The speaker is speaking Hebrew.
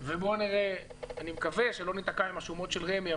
ואני מקווה שלא ניתקע עם השומות של רמ"י,